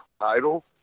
title